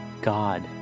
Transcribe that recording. God